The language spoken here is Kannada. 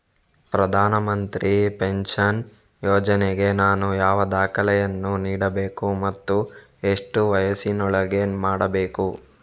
ಪ್ರಧಾನ ಮಂತ್ರಿ ಪೆನ್ಷನ್ ಯೋಜನೆಗೆ ನಾನು ಯಾವ ದಾಖಲೆಯನ್ನು ನೀಡಬೇಕು ಮತ್ತು ಎಷ್ಟು ವಯಸ್ಸಿನೊಳಗೆ ಮಾಡಬೇಕು?